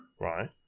right